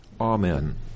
Amen